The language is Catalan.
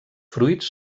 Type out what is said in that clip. fruits